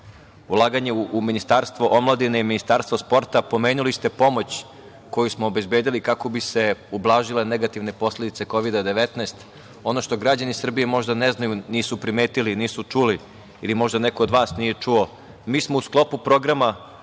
ulaganje u Ministarstvo omladine i ministarstvo sporta. Pomenuli ste pomoć koju smo obezbedili, kako bi se ublažile negativne posledice Kovida 19.Ono što građani Srbije možda ne znaju, nisu primetili, nisu čuli ili možda neko od vas nije čuo, mi smo u sklopu programa